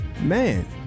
man